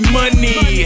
money